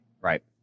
Right